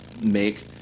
make